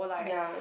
ya